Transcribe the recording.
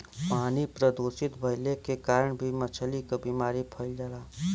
पानी प्रदूषित भइले के कारण भी मछली क बीमारी फइल जाला